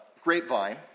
grapevine